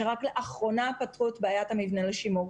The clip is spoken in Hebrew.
שרק לאחרונה פתרו את בעיית המבנה לשימור.